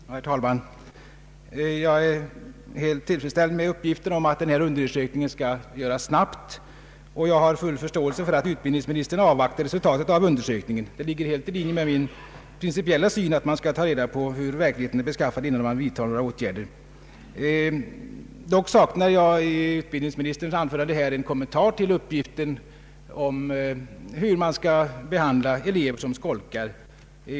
Herr talman! Jag är helt tillfredsställd med uppgiften att denna undersökning skall göras snabbt, och jag har full förståelse för att utbildningsministern vill avvakta resultatet av undersökningen. Det ligger helt i linje med min principiella syn, att man skall ta reda på hur det är i verkligheten innan man vidtar några åtgärder. Dock saknar jag i utbildningsministerns anförande en kommentar till uppgiften om hur man skall behandla elever som skolkar.